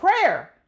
prayer